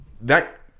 That-